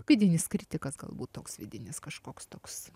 vidinis kritikas galbūt toks vidinis kažkoks toks